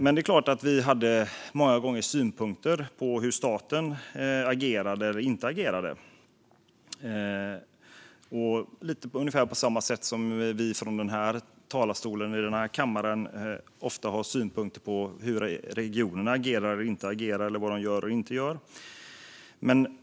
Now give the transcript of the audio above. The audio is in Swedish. Men det är klart att vi många gånger hade synpunkter på hur staten agerade eller inte agerade, ungefär på samma sätt som vi från den här talarstolen i denna kammare ofta har synpunkter på hur regionerna agerar eller inte agerar och vad de gör eller inte gör.